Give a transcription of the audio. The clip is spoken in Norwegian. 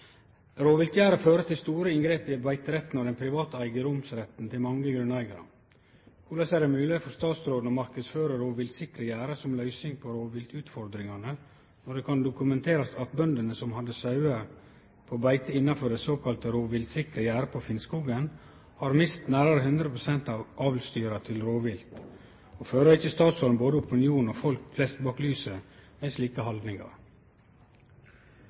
til store inngrep i beiteretten og den private eigedomsretten til mange grunneigarar. Korleis er det mogeleg for statsråden å marknadsføre rovviltsikre gjerde som løysing på rovviltutfordringane når det kan dokumenterast at bøndene som hadde sauene på beite innanfor det såkalla rovviltsikre gjerde på Finnskogen har mist nærare 100 prosent av avlsdyra til rovvilt, og fører ikkje statsråden både opinionen og folk flest bak lyset med slike haldningar?»